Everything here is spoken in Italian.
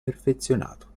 perfezionato